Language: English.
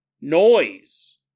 noise